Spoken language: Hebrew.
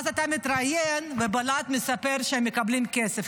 ואז אתה מתראיין, ובלהט מספר שהם מקבלים כסף.